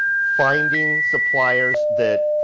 finding suppliers that,